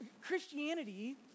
Christianity